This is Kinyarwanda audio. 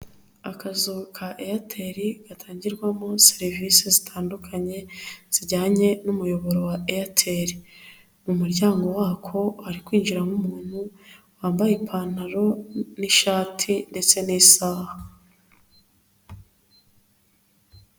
Akazu ka Eyateri gatangirwamo serivise zitandukanye zijyanye n'umuyoboro wa Eyateri, mu muryango wako ari kwinjiramo umuntu wambaye ipantaro n'ishati ndetse n'isaha.